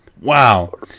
Wow